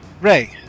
Ray